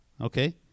Okay